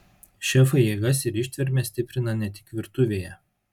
šefai jėgas ir ištvermę stiprina ne tik virtuvėje